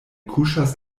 kuŝas